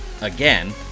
again